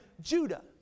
Judah